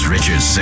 Richard